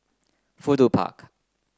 Fudu Park